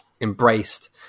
embraced